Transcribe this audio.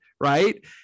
right